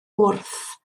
wrth